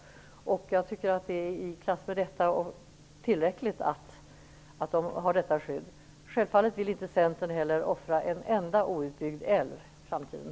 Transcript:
Jag tycker att det är i klass med detta och tillräckligt att älvarna har detta skydd. Självfallet vill inte heller Centern offra en enda outbyggd älv i framtiden.